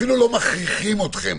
אפילו לא מכריחים אתכם.